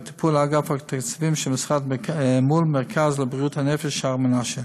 בטיפול אגף תקציבים של המשרד מול מרכז לבריאות הנפש שער מנשה.